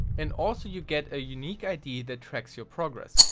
and also you get a unique id that tracks your progress,